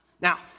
Now